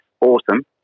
awesome